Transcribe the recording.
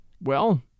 Well